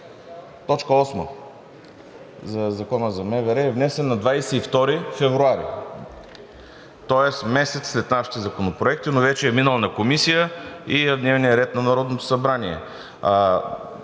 на Закона за МВР е внесен на 22 февруари, тоест месец след нашите законопроекти, но вече е минал на Комисия и е в дневния ред на Народното събрание.